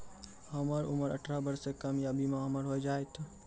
हमर उम्र अठारह वर्ष से कम या बीमा हमर हो जायत?